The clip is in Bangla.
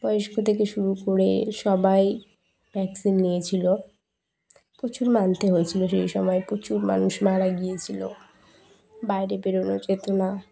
বয়স্ক থেকে শুরু করে সবাই ভ্যাকসিন নিয়েছিলো প্রচুর মানতে হয়েছিলো সেই সময় প্রচুর মানুষ মারা গিয়েছিল বাইরে বেরোনো যেত না